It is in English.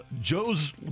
Joe's